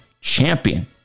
champion